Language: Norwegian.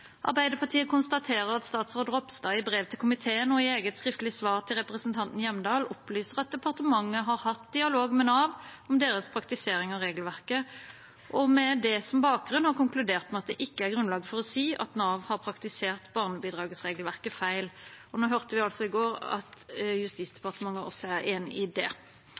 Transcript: Arbeiderpartiet konstaterer at statsråd Ropstad i brev til komiteen og i eget skriftlig svar til representanten Hjemdal opplyser at departementet har hatt dialog med Nav om deres praktisering av regelverket, og med det som bakgrunn har konkludert med at det ikke er grunnlag for å si at Nav har praktisert barnebidragsregelverket feil. Og nå hørte vi altså i går at Justisdepartementet også er enig i det.